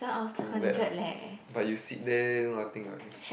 too bad lah but you sit there do nothing what